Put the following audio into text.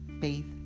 faith